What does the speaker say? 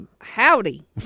Howdy